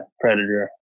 predator